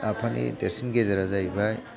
आफानि देरसिन गेजेरा जाहैबाय